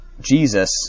Jesus